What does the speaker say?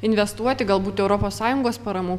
investuoti galbūt europos sąjungos paramų